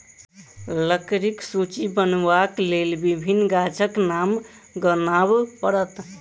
लकड़ीक सूची बनयबाक लेल विभिन्न गाछक नाम गनाब पड़त